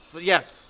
yes